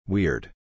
Weird